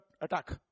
attack